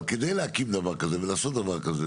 אבל כדי להקים דבר כזה ולעשות דבר כזה,